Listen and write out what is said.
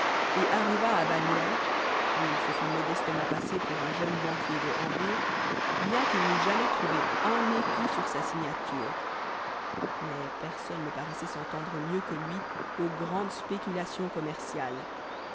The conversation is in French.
et arriva à bagnères où il se fit modestement passer pour un jeune banquier de hambourg bien qu'il n'eût jamais trouvé un écu sur sa signature mais personne ne paraissait s'entendre mieux que lui aux grandes spéculations commerciales